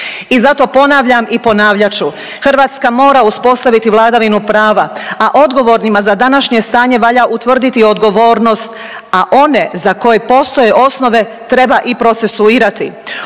I zato ponavljam i ponavljat ću, Hrvatska mora uspostaviti vladavinu prava, a odgovornima za današnje stanje valja utvrditi odgovornost, a one za koje postoje osnove treba i procesuirati.